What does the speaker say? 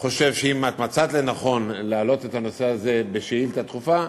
חושב שאם את מצאת לנכון להעלות את הנושא בשאילתה דחופה,